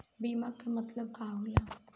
बीमा के मतलब का होला?